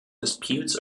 disputes